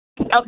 Okay